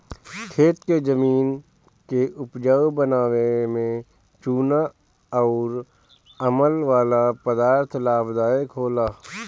खेत के जमीन के उपजाऊ बनावे में चूना अउर अमल वाला पदार्थ लाभदायक होला